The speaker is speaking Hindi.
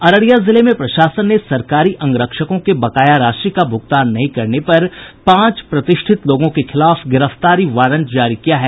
अररिया जिले में प्रशासन ने सरकारी अंगरक्षकों के बकाया राशि का भूगतान नहीं करने पर पांच प्रतिष्ठित लोगों के खिलाफ गिरफ्तारी वारंट जारी किया है